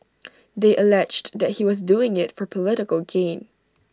they alleged that he was doing IT for political gain